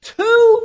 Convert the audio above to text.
two